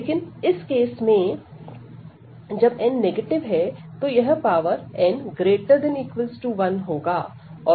लेकिन इस केस में जब n नेगेटिव है तो यह पावर n 1 होगा